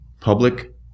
public